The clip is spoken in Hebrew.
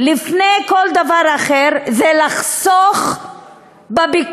לפני כל דבר אחר, זה לחסוך בביקורת,